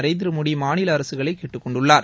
நரேந்திரமோடி மாநில அரசுகளை கேட்டுக் கொண்டுள்ளார்